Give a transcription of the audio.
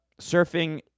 Surfing